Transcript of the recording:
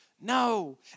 No